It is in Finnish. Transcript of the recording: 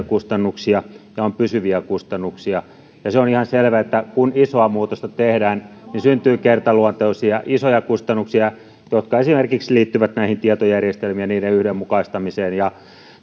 kustannuksia ja on pysyviä kustannuksia ja se on ihan selvää että kun isoa muutosta tehdään niin syntyy kertaluontoisia isoja kustannuksia jotka liittyvät esimerkiksi näihin tietojärjestelmiin ja niiden yhdenmukaistamiseen ja